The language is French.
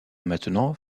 maintenant